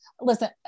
listen